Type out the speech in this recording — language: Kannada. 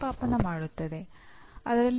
ಅಭ್ಯಾಸಕ್ಕಾಗಿ ಫಿಟ್ನೆಸ್ ಎಂದರೇನು